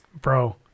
Bro